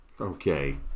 Okay